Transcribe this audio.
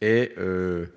le